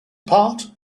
part